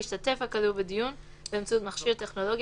ישתתף הכלוא בדיון באמצעות מכשיר טכנולוגי